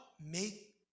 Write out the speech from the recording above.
make